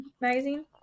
magazine